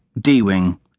D-Wing